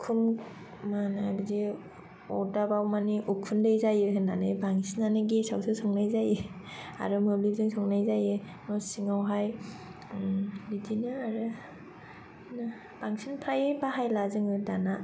उखु मानो बिदि अग्दाबाव मानि उखुन्दै जायो होनानै बांसिनानो गेसावसो संनाय जायो आरो मोब्लिब जों संनाय जायो न'सिङाव हाय बिबदिनो आरो बांसिन फ्राय बाहायला जोङो दाना